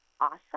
awesome